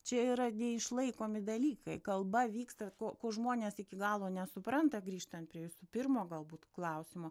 čia yra neišlaikomi dalykai kalba vyksta ko ko žmonės iki galo nesupranta grįžtant prie jūsų pirmo galbūt klausimo